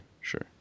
sure